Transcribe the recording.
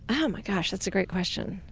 oh my gosh, that's a great question.